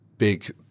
big